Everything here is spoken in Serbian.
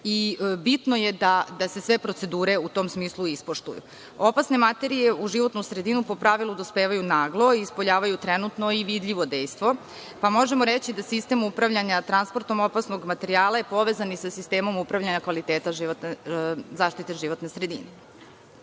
bitno je da se sve procedure u tom smislu ispoštuju. Opasne materije u životnu sredinu, po pravilu, dospevaju naglo i ispoljavaju trenutno i vidljivo dejstvo, pa možemo reći da sistem upravljanja transportom opasnog materijala je povezan i sa sistemom upravljanja zaštite životne sredine.